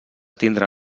tindre